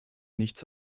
nichts